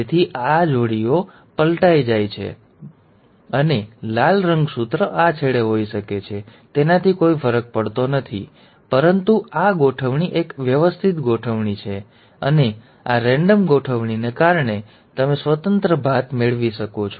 તેથી જો આ જોડી પલટાઈ જાય તો આ બાજુ પલટાઈ શકે છે અને લાલ રંગસૂત્ર આ છેડે હોઈ શકે છે અને લીલો રંગસૂત્ર બીજા છેડે હોઈ શકે છે તેનાથી કોઈ ફરક પડતો નથી પરંતુ આ ગોઠવણી એક અવ્યવસ્થિત ગોઠવણ છે અને આ રેન્ડમ ગોઠવણીને કારણે તમે સ્વતંત્ર ભાત મેળવી શકો છો